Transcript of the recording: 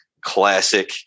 classic